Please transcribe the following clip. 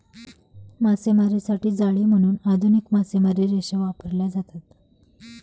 मासेमारीसाठी जाळी म्हणून आधुनिक मासेमारी रेषा वापरल्या जातात